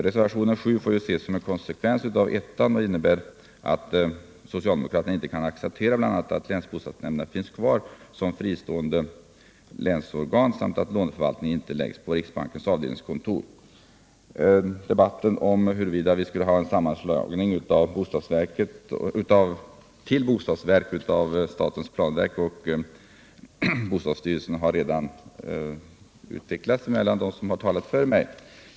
Reservationen 7 får ses som en konsekvens av reservationen I och innebär att socialdemokraterna inte kan acceptera bi. a. att länsbostadsnämnderna finns kvar som fristående länsorgan och att låneförvaltningen inte läggs på riksbankens avdelningskontor. Debatten om en sammanslagning till ett bostadsverk av statens planverk och bostadsstyrelsen har redan utvecklats mellan dem som har talat före mig.